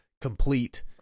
complete